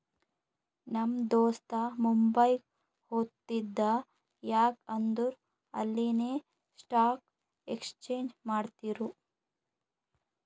ನಮ್ ದೋಸ್ತ ಮುಂಬೈಗ್ ಹೊತ್ತಿದ ಯಾಕ್ ಅಂದುರ್ ಅಲ್ಲಿನೆ ಸ್ಟಾಕ್ ಎಕ್ಸ್ಚೇಂಜ್ ಮಾಡ್ತಿರು